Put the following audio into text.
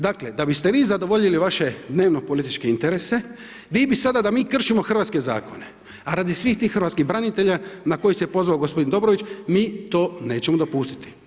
Dakle, da biste vi zadovoljili vaše dnevno političke interese, vi bi sada da mi kršimo Hrvatske zakone, a radi svih tih Hrvatskih branitelja na koje se pozvao gospodin Dobrović mi to nećemo dopustiti.